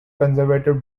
conservative